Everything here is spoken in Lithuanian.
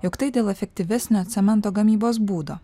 jog tai dėl efektyvesnio cemento gamybos būdo